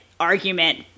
Argument